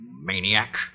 maniac